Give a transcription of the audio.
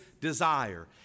desire